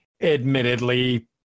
admittedly